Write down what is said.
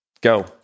Go